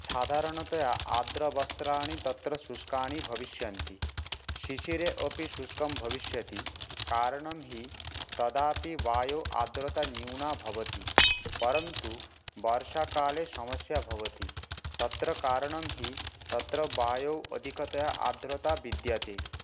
साधारणतया आर्द्रवस्त्राणि तत्र शुष्कानि भविष्यन्ति शिशिरे अपि शुष्कं भविष्यति कारणं हि तदापि वायौ आर्द्रता न्यूना भवति परन्तु वर्षाकाले समस्या भवति तत्र कारणं हि तत्र वायौ अधिकतया आर्द्रता विद्यते